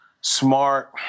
smart